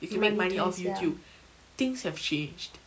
you can make money off youtube things have changed